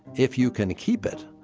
if you can keep it.